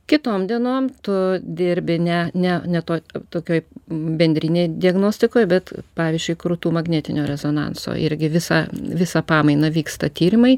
kitom dienom tu dirbi ne ne ne tuo tokioj bendrinėj diagnostikoj bet pavyzdžiui krūtų magnetinio rezonanso irgi visą visą pamainą vyksta tyrimai